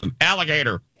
Alligator